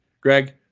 Greg